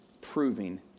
proving